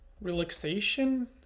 relaxation